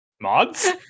Mods